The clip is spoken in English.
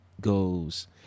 goes